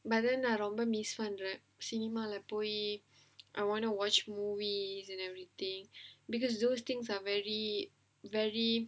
but then நான் ரொம்ப:naan romba miss பண்ணறேன்:pannaraen cinema like போயி:poyi I wanna watch movies and everything because those things are very very